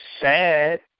sad